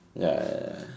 ya